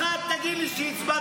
אחת תגיד לי שהצבעתם.